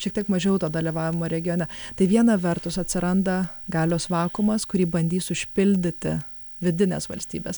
šiek tiek mažiau to dalyvavimo regione tai viena vertus atsiranda galios vakuumas kurį bandys užpildyti vidinės valstybės